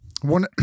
One